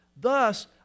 Thus